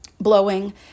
blowing